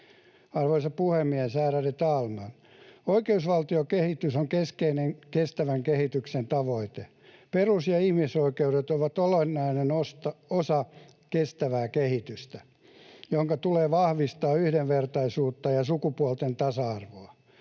Arvoisa puhemies, ärade talman! Oikeusvaltiokehitys on keskeinen kestävän kehityksen tavoite. Perus‑ ja ihmisoikeudet ovat olennainen osa kestävää kehitystä, jonka tulee vahvistaa yhdenvertaisuutta ja sukupuolten tasa-arvoa.